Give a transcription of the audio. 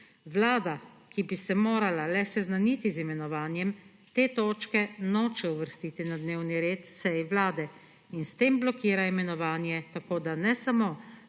Vlada, ki bi se morala le seznaniti z imenovanjem, te točke noče uvrstiti na dnevni red seje Vlade in s tem blokira imenovanje. Tako ne samo da